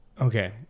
Okay